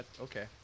okay